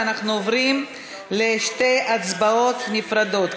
ואנחנו עוברים לשתי הצבעות נפרדות.